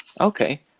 Okay